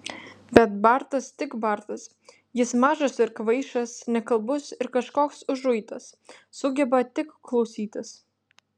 bet bartas tik bartas jis mažas ir kvaišas nekalbus ir kažkoks užuitas sugeba tik klausytis